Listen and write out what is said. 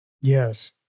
Yes